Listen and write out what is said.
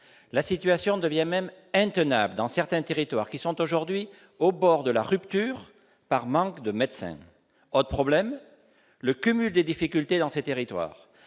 La situation devient même intenable dans certains territoires qui sont aujourd'hui au bord de la rupture par manque de médecins. Autre problème, le cumul des difficultés dans ces territoires.